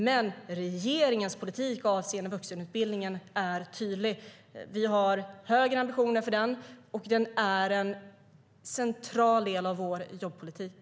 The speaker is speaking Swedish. Men regeringens politik avseende vuxenutbildningen är tydlig. Vi har högre ambitioner för den, och den är en central del av vår jobbpolitik.